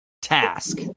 Task